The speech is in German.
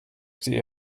die